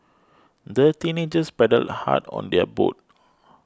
the teenagers paddled hard on their boat